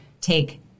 take